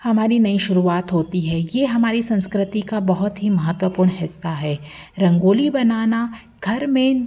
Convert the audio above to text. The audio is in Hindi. हमारी नई शुरुआत होती है ये हमारी संस्कृति का बहुत ही महत्वपूर्ण हिस्सा है रंगोली बनाना घर में